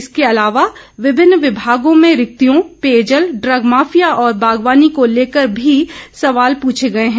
इसके अलावा विभिन्न विभागों में रिक्तियों पेयजल ड्रग माफिया और बागवानी को लेकर भी सवाल प्रछे गए हैं